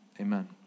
Amen